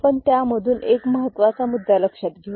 आपण त्यामधून एक महत्त्वाचा मुद्दा लक्षात घेऊ